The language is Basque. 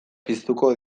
piztuko